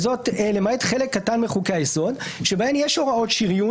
זה למעט חלק קטן מחוקי היסוד בהם יש הוראות שריון